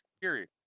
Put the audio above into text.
Period